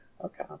Okay